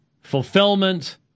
fulfillment